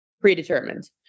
predetermined